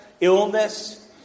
illness